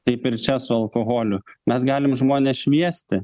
taip ir čia su alkoholiu mes galim žmones šviesti